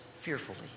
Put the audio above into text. Fearfully